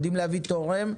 הם יודעים להביא תורם.